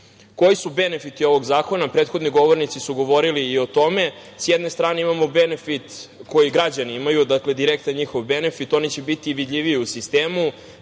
su benefiti ovog zakona? Prethodni govornici su govorili i o tome. S jedne strane imamo benefit koji građani imaju, dakle direktan njihov benefit. Oni će biti vidljiviji u sistemu,